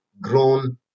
grown